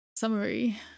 summary